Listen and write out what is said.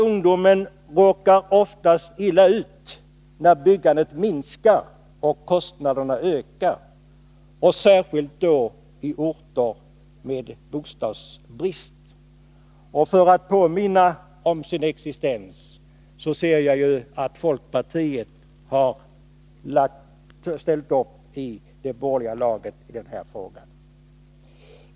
Ungdomen råkar oftast illa ut när byggandet minskar och kostnaderna ökar, och särskilt då i orter med bostadsbrist. Jag ser att folkpartiet, för att påminna om sin existens, ställt upp i det borgerliga laget i den här frågan.